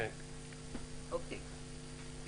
"תיקון סעיף 16 4. בסעיף 16 לפקודה